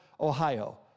ohio